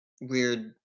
weird